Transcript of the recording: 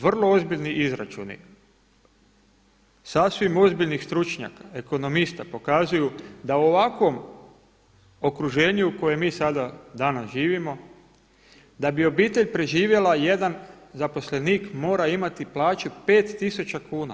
Vrlo ozbiljni izračuni sasvim ozbiljnih stručnjaka, ekonomista pokazuju da u ovakvom okruženju u kojem mi sada danas živimo, da bi obitelj preživjela jedan zaposlenik mora imati plaću 5000 kuna.